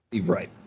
right